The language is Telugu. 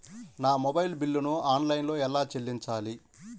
నా మొబైల్ బిల్లును ఆన్లైన్లో ఎలా చెల్లించాలి?